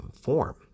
form